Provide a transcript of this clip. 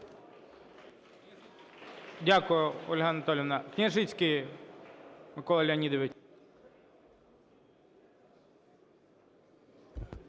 Дякую, Ольга Анатоліївна.